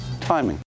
Timing